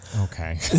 Okay